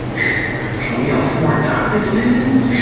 can we afford doctors visits?